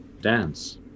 dance